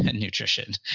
nutrition,